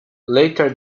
later